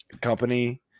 company